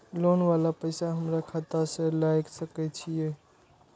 Loan वाला पैसा हमरा खाता से लाय सके छीये?